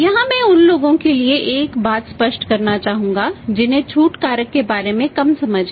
यहां मैं उन लोगों के लिए एक बात स्पष्ट करना चाहूंगा जिन्हें छूट कारक के बारे में कम समझ है